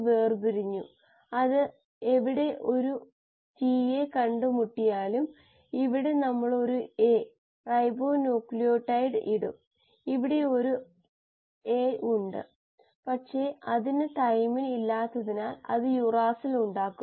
competitive ഇൻഹിബിഷനിൽ ഇത് enzyme substrate കോംപ്ലക്സുമായി മാത്രം ബന്ധിപ്പിക്കുകയും തടയുകയും ചെയ്യുന്നു